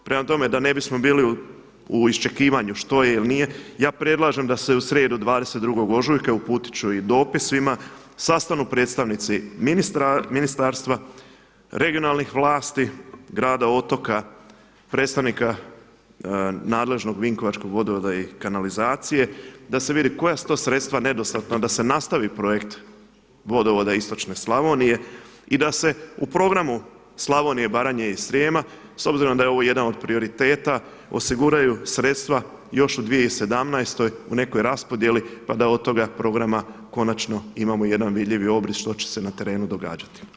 Prema tome, da ne bismo bili u iščekivanju što je ili nije ja predlažem da se u srijedu 22. ožujka uputit ću i dopis svima sastanku predstavnici ministarstva, regionalnih vlasti, grada Otoka, predstavnika nadležnog Vinkovačkog vodovoda i kanalizacije, da se vidi koja su to sredstva nedostatna, da se nastavi projekt vodovoda istočne Slavonije i da se u programu Slavonije i Baranje i Srijema s obzirom da je ovo jedan od prioriteta osiguraju sredstva još u 2017. u nekoj raspodjeli pa da od toga programa konačno imamo jedan vidljivi obris što će se na terenu događati.